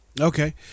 Okay